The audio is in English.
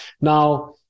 Now